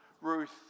Ruth